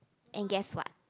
and guess what